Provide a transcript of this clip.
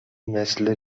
مثل